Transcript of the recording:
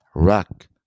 Rock